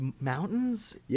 mountains